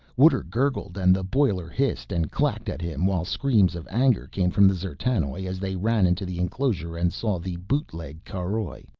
water gurgled and the boiler hissed and clacked at him while screams of anger came from the d'zertanoj as they ran into the enclosure and saw the bootleg caroj.